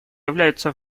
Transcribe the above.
являются